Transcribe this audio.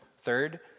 Third